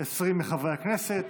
20 חברי כנסת.